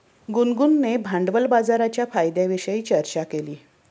गुनगुनने भांडवल बाजाराच्या फायद्यांविषयी चर्चा केली